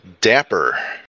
Dapper